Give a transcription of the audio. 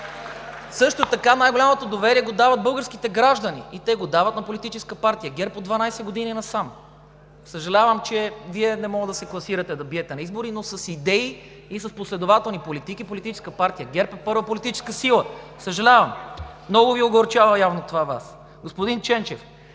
Също така най-голямото доверие го дават българските граждани и те го дават на Политическа партия ГЕРБ от 12 години насам! Съжалявам, че Вие не може да се класирате да биете на избори, но с идеи и с последователни политики Политическа партия ГЕРБ е първа политическа сила. Съжалявам! Това, явно, много Ви огорчава. Господин Ченчев,